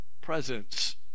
presence